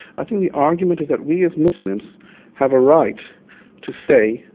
i think the argument is that we as muslims have a right to say,